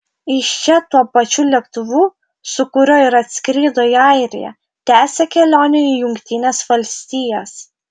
iš čia tuo pačiu lėktuvu su kuriuo ir atskrido į airiją tęsia kelionę į jungtines valstijas